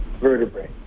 vertebrae